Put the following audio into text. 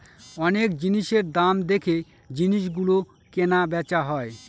অনেক জিনিসের দাম দেখে জিনিস গুলো কেনা বেচা হয়